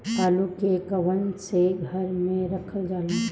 आलू के कवन से घर मे रखल जाला?